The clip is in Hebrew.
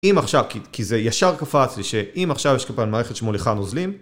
אם עכשיו, כי זה ישר קפץ לי, שאם עכשיו יש כאן מערכת שמוליכה נוזלים...